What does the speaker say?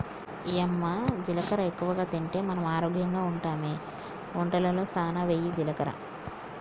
యమ్మ జీలకర్ర ఎక్కువగా తింటే మనం ఆరోగ్యంగా ఉంటామె వంటలలో సానా వెయ్యి జీలకర్ర